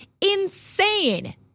insane